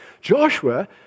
Joshua